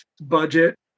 budget